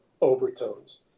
overtones